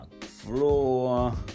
floor